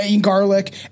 garlic